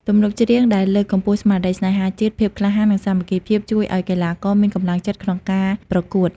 ទំនុកច្រៀងដែលលើកកម្ពស់ស្មារតីស្នេហាជាតិ ភាពក្លាហាន និងសាមគ្គីភាព ជួយឲ្យកីឡាករមានកម្លាំងចិត្តក្នុងការប្រកួត។